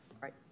Right